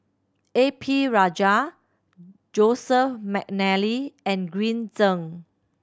A P Rajah Joseph McNally and Green Zeng